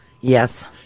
Yes